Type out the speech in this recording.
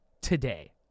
today